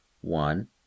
one